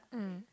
mm